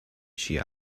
she